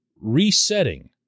resetting